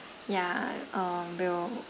ya um we'll